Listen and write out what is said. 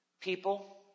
people